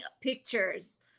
pictures